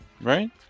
right